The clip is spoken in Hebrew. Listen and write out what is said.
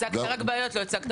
הצגת רק בעיות, לא הצגת